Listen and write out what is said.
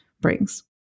brings